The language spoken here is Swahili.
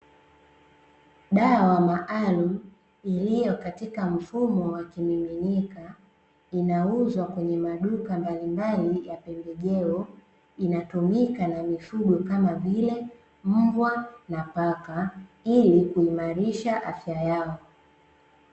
Dawa maalumu iliyo katika mfumo wa kimiminika, inauzwa kwenye maduka mbalimbali ya pembejeo, inatumika na mifugo, kama vile; mbwa na paka, ili kuimarisha afya yao.